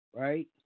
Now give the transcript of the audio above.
right